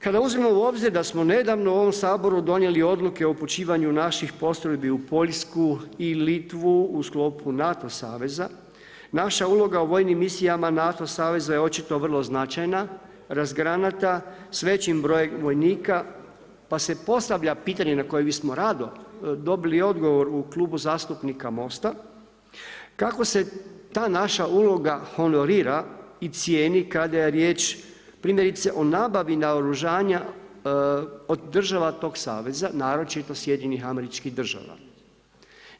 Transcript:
Kada uzmemo u obzir da smo nedavno u ovom Saboru donijeli odluke o upućivanju naših postrojbi u Poljsku i Litvu u sklopu NATO saveza, naša misija u vojnim misijama NATO saveza je očito vrlo značajna, razgranata s većim brojem vojnika, pa se postavlja pitanje na koje bismo dobili odgovor u Klubu zastupnika Most-a kako se ta naša uloga honorira i cijeni kada je riječ primjerice o nabavi naoružanja od država tog saveza, naročito SAD-a?